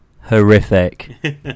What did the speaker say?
horrific